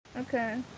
Okay